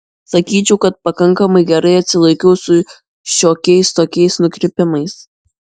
sakyčiau kad pakankamai gerai atsilaikiau su šiokiais tokiais nukrypimais